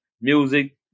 music